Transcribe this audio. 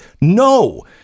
no